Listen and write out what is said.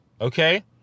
Okay